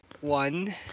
one